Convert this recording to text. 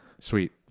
Sweet